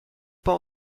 pas